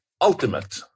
ultimate